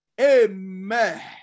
amen